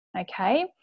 Okay